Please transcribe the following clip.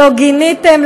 "לא גיניתם",